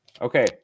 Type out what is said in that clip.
okay